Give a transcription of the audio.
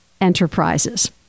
enterprises